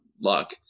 luck